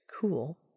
Cool